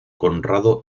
conrado